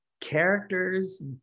characters